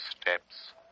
steps